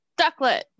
Ducklet